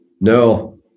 no